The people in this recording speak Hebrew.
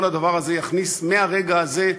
כל הדבר הזה יכניס מהרגע הזה,